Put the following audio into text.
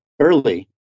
early